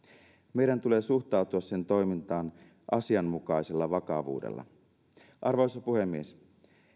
meidän tulee suhtautua sen toimintaan asianmukaisella vakavuudella arvoisa puhemies